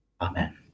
Amen